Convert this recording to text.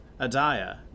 Adiah